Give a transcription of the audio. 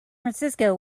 francisco